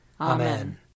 Amen